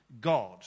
God